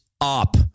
up